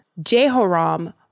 Jehoram